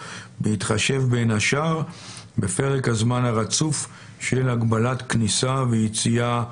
בהתחשב בין השאר בפרק הזמן הרצוף של הגבלת כניסה ויציאה כאמור.